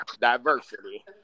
diversity